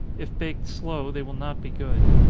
if baked slow, they will not be good.